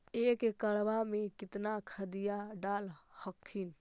एक एकड़बा मे कितना खदिया डाल हखिन?